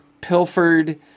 pilfered